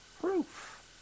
proof